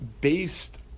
based